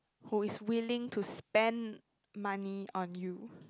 who is willing to spend money on you